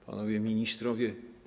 Panowie Ministrowie!